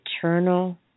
eternal